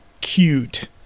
cute